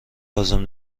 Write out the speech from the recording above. لازم